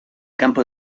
campo